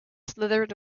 slithered